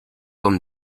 comme